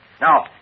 Now